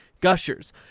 Gushers